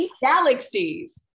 galaxies